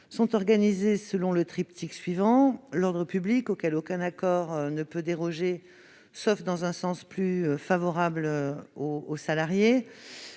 sont organisées selon le triptyque suivant : d'abord, l'ordre public, auquel aucun accord ne peut déroger, sauf dans un sens plus favorable aux salariés,